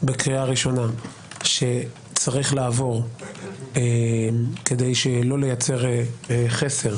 בקריאה ראשונה שצריך לעבור עד יום שישי כדי שלא לייצר חסר.